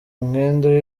umwenda